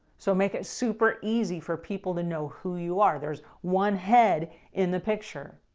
so make it super easy for people to know who you are. there's one head in the picture.